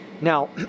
Now